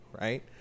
right